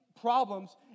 problems